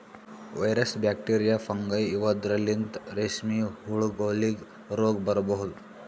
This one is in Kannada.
ವೈರಸ್, ಬ್ಯಾಕ್ಟೀರಿಯಾ, ಫಂಗೈ ಇವದ್ರಲಿಂತ್ ರೇಶ್ಮಿ ಹುಳಗೋಲಿಗ್ ರೋಗ್ ಬರಬಹುದ್